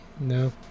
No